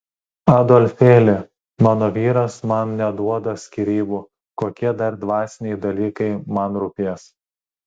adolfėli mano vyras man neduoda skyrybų kokie dar dvasiniai dalykai man rūpės